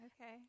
okay